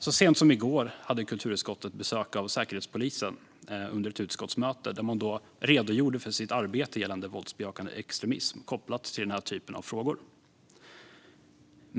Så sent som i går hade kulturutskottet besök av Säkerhetspolisen under ett utskottsmöte, och de redogjorde där för sitt arbete gällande våldsbejakande extremism kopplat till denna typ av frågor.